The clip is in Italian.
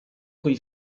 coi